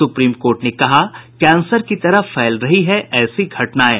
supreme court ने कहा cancer की तरह फैल रही है ऐसी घटनाएं